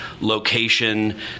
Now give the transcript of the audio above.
location